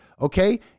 okay